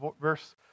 verse